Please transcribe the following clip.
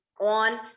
on